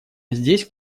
здесь